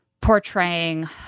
portraying